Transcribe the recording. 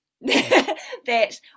that-